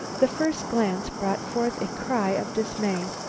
the first glance brought forth a cry of dismay.